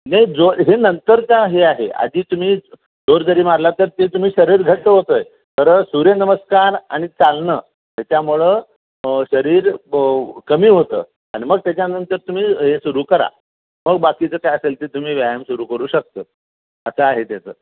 नाही जो हे नंतरचं हे आहे आधी तुम्ही जोर जरी मारला तर ते तुम्ही शरीर घट्ट होतं तर सूर्यनमस्कार आणि चालणं त्याच्यामुळं शरीर कमी होतं आणि मग त्याच्यानंतर तुम्ही हे सुरू करा मग बाकीचं काय असेल ते तुम्ही व्यायाम सुरू करू शकते असं आहे त्याचं